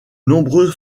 nombreux